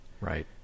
Right